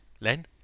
Len